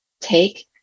take